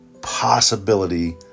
possibility